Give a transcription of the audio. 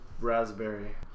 raspberry